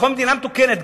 בכל מדינה מתוקנת.